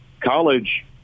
College –